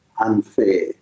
unfair